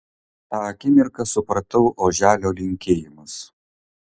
tą akimirką supratau oželio linkėjimus